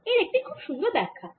এর একটি খুব সুন্দর ব্যাখ্যা আছে